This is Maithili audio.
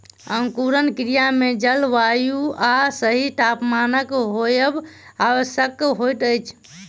अंकुरण क्रिया मे जल, वायु आ सही तापमानक होयब आवश्यक होइत अछि